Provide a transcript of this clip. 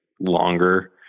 longer